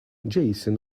jason